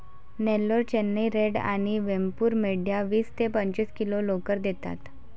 Nellore, Chennai red आणि वेमपूर मेंढ्या वीस ते पस्तीस किलो लोकर देतात